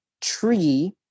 tree